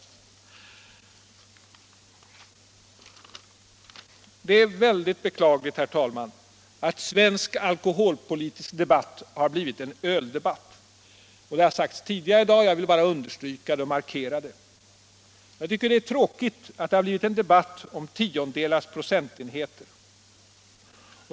Det är högst beklagligt, herr talman, att svensk alkoholpolitisk debatt har blivit en öldebatt. Det har sagts tidigare i dag — och jag vill bara understryka och markera det — att det är tråkigt att det har blivit en debatt om tiondels procentenheter.